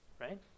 Right